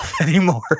anymore